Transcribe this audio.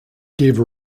gave